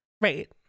right